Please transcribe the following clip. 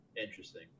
interesting